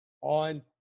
on